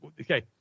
okay